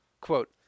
Quote